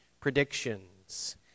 predictions